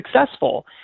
successful